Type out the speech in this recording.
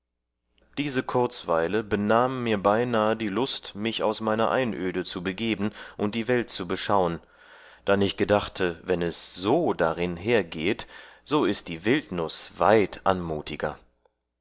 diese kurzweile benahm mir beinahe die lust mich aus meiner einöde zu begeben und die welt zu beschauen dann ich gedachte wann es so darin hergehet so ist die wildnus weit anmutiger